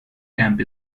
camp